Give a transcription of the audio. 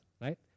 right